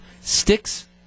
sticks